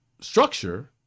structure